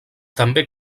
també